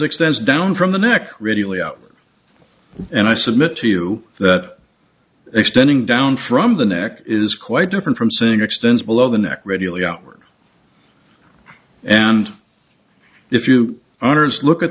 extends down from the neck really out and i submit to you that extending down from the neck is quite different from saying extends below the neck radially outward and if you look at